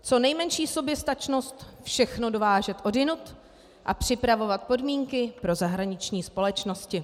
Co nejmenší soběstačnost, všechno dovážet odjinud a připravovat podmínky pro zahraniční společnosti.